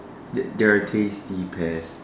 they they are tasty pests